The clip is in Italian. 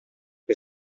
che